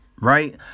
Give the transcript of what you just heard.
right